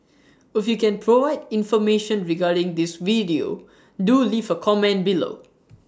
if you can provide information regarding this video do leave A comment below